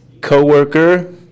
co-worker